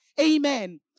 Amen